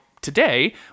today